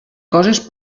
coses